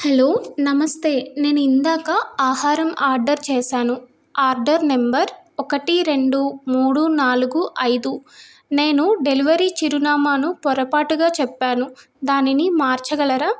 hello నమస్తే నేను ఇందాక ఆహారం ఆర్డర్ చేశాను ఆర్డర్ నంబర్ ఒకటి రెండు మూడు నాలుగు ఐదు నేను డెలివరీ చిరునామాను పొరపాటుగా చెప్పాను దానిని మార్చగలరా